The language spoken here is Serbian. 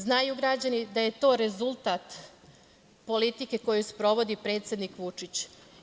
Znaju građani da je to rezultat politike koju sprovodi predsednik Vučić.